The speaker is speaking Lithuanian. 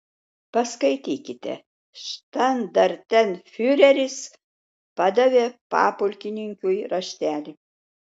paskaitykite štandartenfiureris padavė papulkininkiui raštelį